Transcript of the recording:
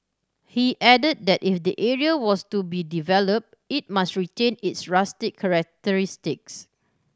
he added that if the area was to be developed it must retain its rustic